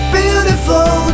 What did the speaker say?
beautiful